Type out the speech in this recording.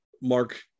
Mark